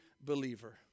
believer